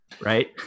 Right